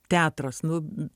teatras nu